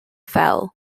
fell